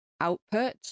output